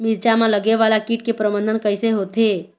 मिरचा मा लगे वाला कीट के प्रबंधन कइसे होथे?